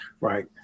Right